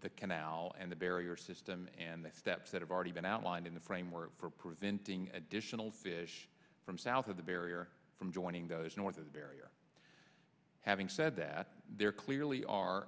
the canal and the barrier system and the steps that have already been outlined in the framework for preventing additional fish from south of the barrier from joining the north of the barrier having said that there clearly are